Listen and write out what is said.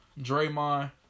Draymond